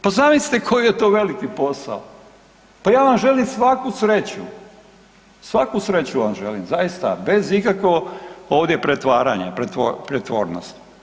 Pa zamislite koji je to veliki posao, pa ja vam želim svaku sreću, svaku sreću vam želim zaista bez ikakvog ovdje pretvaranja, pretvornost.